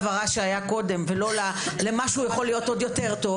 הרע שהיה קודם ומה שהוא יכול להיות עוד יותר טוב